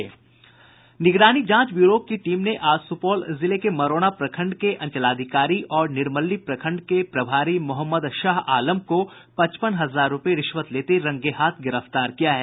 निगरानी जांच ब्यूरो की टीम ने आज सुपौल जिले के मरौना प्रखंड के अंचलाधिकारी और निर्मली प्रखंड के प्रभारी मोहम्मद शाह आलम को पचपन हजार रूपये रिश्वत लेते रंगे हाथ गिरफ्तार किया है